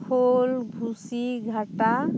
ᱯᱷᱳᱞ ᱵᱷᱩᱥᱤ ᱜᱷᱟᱴᱟ